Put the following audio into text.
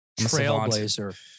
Trailblazer